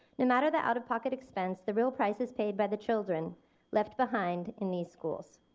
no matter the out-of-pocket expense, the real price is paid by the children left behind in these schools.